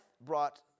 brought